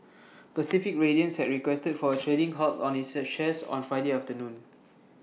Pacific Radiance had requested for A trading halt on its A shares on Friday afternoon